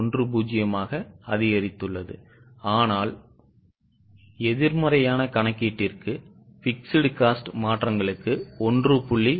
10 ஆக அதிகரித்துள்ளது ஆனால் எதிர்மறையான கணக்கீட்டிற்கு fixed cost மாற்றங்களுக்கு 1